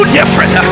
different